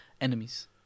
enemies